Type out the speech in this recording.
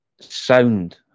sound